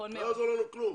זה לא יעזור לנו כלום.